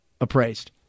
appraised